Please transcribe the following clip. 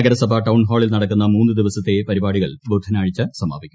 നഗരസഭ ടൌൺഹാളിൽ ന്ട്ക്കുന്ന മൂന്നു ദിവസത്തെ പരിപാടികൾ ബുധനാഴ്ച സമാപിക്കും